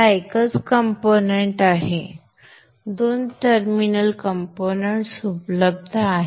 हा एकच कंपोनेंट्स आहे दोन टर्मिनल कंपोनेंट्स उपलब्ध आहेत